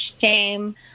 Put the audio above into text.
shame